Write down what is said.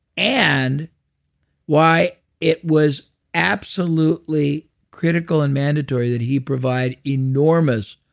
and why it was absolutely critical and mandatory that he provide enormous